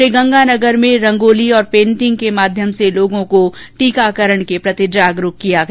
श्रीगंगानगर में रंगोली और पेटिंग के माध्यम से लोगों के टीके के प्रति जागरूक किया गया